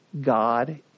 God